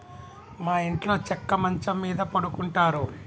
మా ఇంట్లో చెక్క మంచం మీద పడుకుంటారు